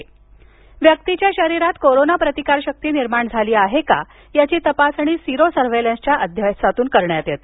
sero Chandrapur व्यक्तीच्या शरीरात corona प्रतिकारशक्ती निर्माण झाली आहे काय याची तपासणी सिरो सर्व्हेलन्सच्या अभ्यासातून करण्यात येते